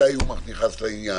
מתי הוא נכנס לעניין?